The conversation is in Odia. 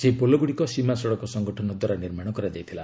ସେହି ପୋଲଗୁଡ଼ିକ ସୀମା ସଡ଼କ ସଙ୍ଗଠନଦ୍ୱାରା ନିର୍ମାଣ କରାଯାଇଥିଲା